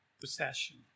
possession